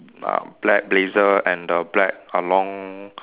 uh black blazer and the black uh long